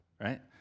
right